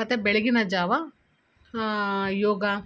ಮತ್ತು ಬೆಳಗಿನ ಜಾವ ಯೋಗ